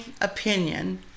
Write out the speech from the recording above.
opinion